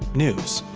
news.